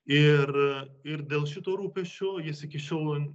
ir ir dėl šito rūpesčio jis iki šiol